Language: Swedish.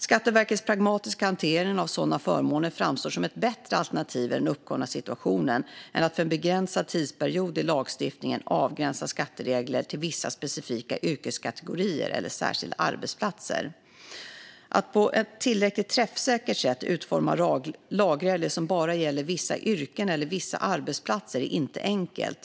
Skatteverkets pragmatiska hantering av sådana förmåner framstår som ett bättre alternativ i den uppkomna situationen än att för en begränsad tidsperiod i lagstiftningen avgränsa skatteregler till vissa specifika yrkeskategorier eller särskilda arbetsplatser. Att på ett tillräckligt träffsäkert sätt utforma lagregler som bara gäller vissa yrken eller vissa arbetsplatser är inte enkelt.